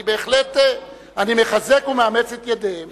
אני מחזק ומאמץ את ידיהם.